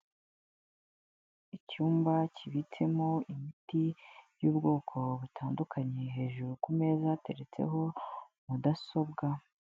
Icyumba kibitsemo imiti y'ubwoko butandukanye, hejuru kumeza hateretseho mudasobwa.